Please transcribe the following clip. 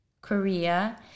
Korea